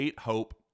Hope